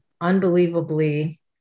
unbelievably